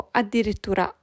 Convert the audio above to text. addirittura